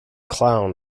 clown